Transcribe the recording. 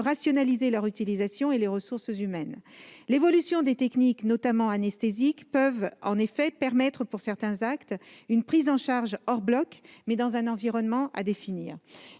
rationaliser leur utilisation et les ressources humaines. L'évolution des techniques, notamment anesthésiques, peut en effet permettre, pour certains actes, une prise en charge hors bloc, mais dans un environnement à définir.